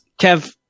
Kev